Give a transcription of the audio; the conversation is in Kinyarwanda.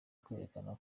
kwerekana